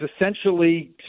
essentially